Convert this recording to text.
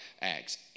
Acts